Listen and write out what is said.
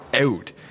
out